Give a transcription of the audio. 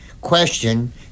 question